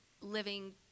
living